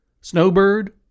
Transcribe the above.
Snowbird